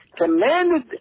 commanded